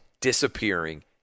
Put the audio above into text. disappearing